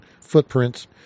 footprints